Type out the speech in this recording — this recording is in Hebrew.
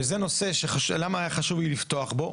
זה נושא שהיה חשוב לי לפתוח בו,